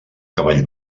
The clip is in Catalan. cavall